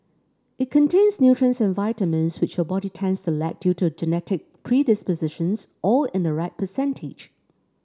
it contains nutrients and vitamins which your body tends to lack due to genetic predispositions all in the right percentage